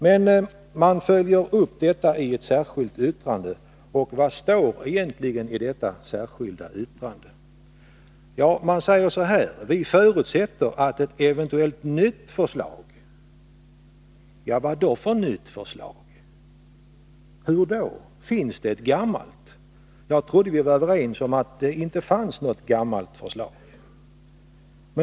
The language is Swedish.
Men centern följer upp detta i ett särskilt yttrande. I detta särskilda yttrande heter det: ”Vi förutsätter att ett eventuellt nytt förslag från regeringen ——”. Hur då nytt förslag? Finns det ett gammalt? Jag trodde vi var överens om att det inte fanns något gammalt förslag.